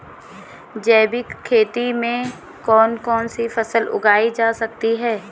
जैविक खेती में कौन कौन सी फसल उगाई जा सकती है?